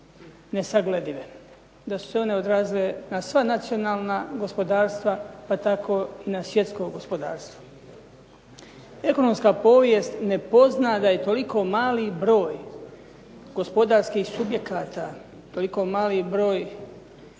nesagledive, da su se one odrazile na sva nacionalna gospodarstva pa tako i na svjetsko gospodarstvo. Ekonomska povijest ne pozna da je toliko mali broj gospodarskih subjekata, toliko mali broj